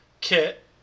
kit